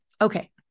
Okay